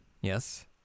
Yes